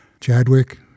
Chadwick